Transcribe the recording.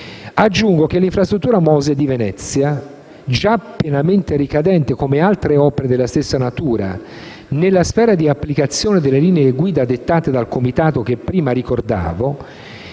Aggiungo che l'infrastruttura MOSE di Venezia, già pienamente ricadente, come altre opere della stessa natura, nella sfera di applicazione delle linee guida dettate dal Comitato che prima ricordavo,